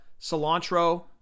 cilantro